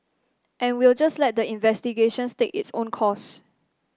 and we'll just let the investigations take its own course